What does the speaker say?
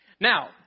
Now